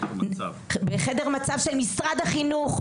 בחדר המצב של משרד החינוך.